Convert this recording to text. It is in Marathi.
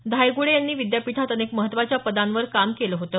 धायगुडे यांनी विद्यापीठात अनेक महत्त्वाच्या पदांवर काम केलं होतं